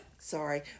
Sorry